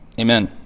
amen